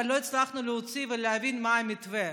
אבל לא הצלחנו להוציא ולהבין מה המתווה,